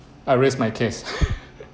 I raised my case